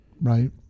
right